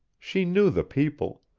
she knew the people,